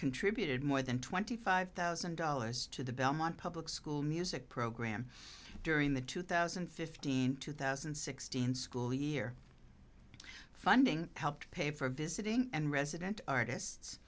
contributed more than twenty five thousand dollars to the belmont public school music program during the two thousand and fifteen two thousand and sixteen school year funding to help pay for visiting and resident artists